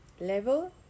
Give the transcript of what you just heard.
level